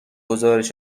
گزارش